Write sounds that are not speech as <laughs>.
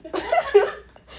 <laughs>